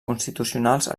constitucionals